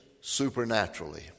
supernaturally